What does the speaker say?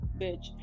bitch